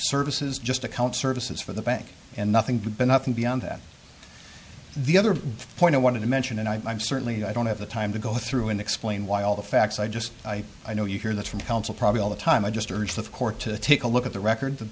services just account services for the bank and nothing but nothing beyond that the other point i wanted to mention and i'm certainly i don't have the time to go through and explain why all the facts i just i i know you hear that from counsel probably all the time i just urge the court to take a look at the record the